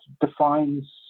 defines